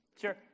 Sure